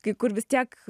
kai kur vis tiek